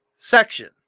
section